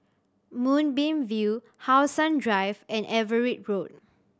Moonbeam View How Sun Drive and Everitt Road